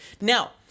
Now